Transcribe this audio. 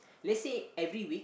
let's say every week